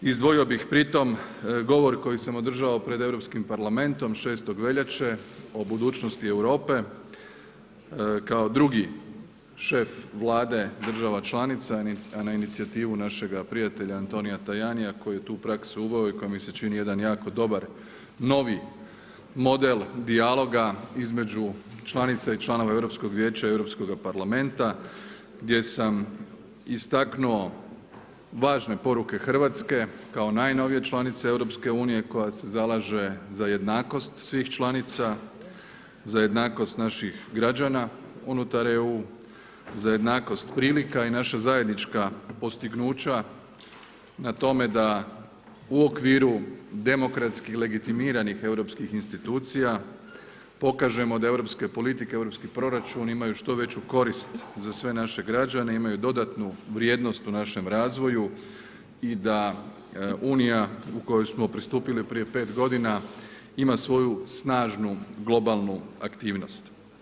Izdvojio bi pri tom, govor koji sam održao pred Europskim parlamentom 6. veljače o budućnosti Europe, kao 2 šef vlade država članica, a na inicijativu našega prijatelja Antonija Tajanija, koji je tu praksu uveo i koji mi se čini jedan jako dobar novi model dijaloga između članica i članova Europskoga vijeća i Europskog parlamenta, gdje sam istaknuo važne poruke Hrvatske, kao najnovije članice EU, koja se zalaže za jednakost svih članica, za jednakost naših građana EU, za jednakost prilika i naša zajednička postignuća na tome da u okviru demokratskih legitimiranih europskih institucija pokažemo da europske politike, europski proračuni imaju što veću korsit za sve naše građane, imaju dodatnu vrijednost u našem razvoju i da Unija u kojoj smo pristupili prije 5 g. ima svoju snažnu, globalnu aktivnost.